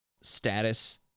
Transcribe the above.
status